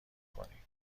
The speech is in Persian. کنی